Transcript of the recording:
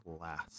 last